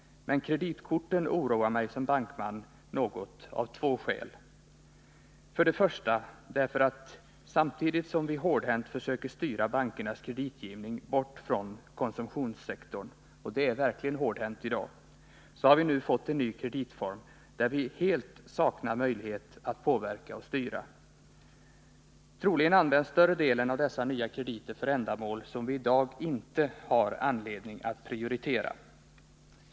Men kreditkorten oroar mig som bankman något av två skäl. Det första är att samtidigt som vi hårdhänt försöker styra bankernas kreditgivning bort från konsumtionssektorn — och det är verkligen hårdhänt i dag -— har vi nu fått en ny kreditform, där vi helt saknar möjlighet att påverka och styra. Troligen används större delen av dessa nya krediter för ändamål som vi i dag inte har anledning att prioritera.